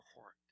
heart